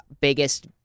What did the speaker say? biggest